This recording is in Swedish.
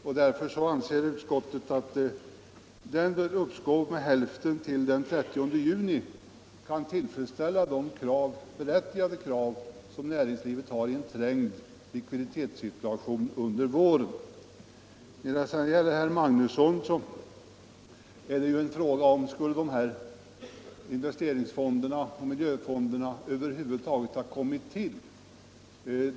Därför anser utskottet att ett uppskov med hälften till den 30 juni kan tillfredsställa de berättigade krav som näringslivet har i en trängd likviditetssituation under våren. När det sedan gäller vad herr Magnusson i Borås sade är ju frågan: Skulle de här investeringsfonderna och miljöfonderna över huvud taget ha kommit till?